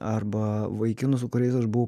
arba vaikinų su kuriais aš buvau pasimatymuose